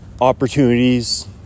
opportunities